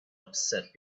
upset